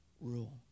rule